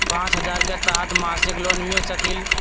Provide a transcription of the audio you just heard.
पाँच हजार के तहत मासिक लोन मिल सकील?